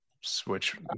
switch